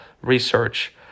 research